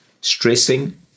stressing